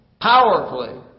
powerfully